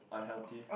unhealthy